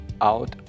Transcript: out